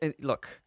Look